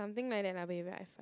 something like that lah wait I find